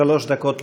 שלוש דקות לרשותך.